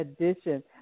edition